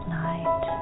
night